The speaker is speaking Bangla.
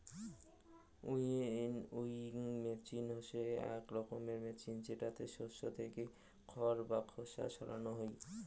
উইনউইং মেচিন হসে আক রকমের মেচিন জেতাতে শস্য থেকে খড় বা খোসা সরানো হই